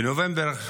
בנובמבר